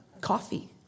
Coffee